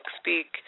speak